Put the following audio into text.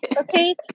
okay